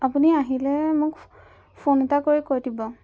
আপুনি আহিলে মোক ফ ফোন এটা কৰি কৈ দিব